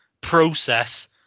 process